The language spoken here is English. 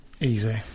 Easy